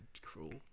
cruel